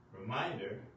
reminder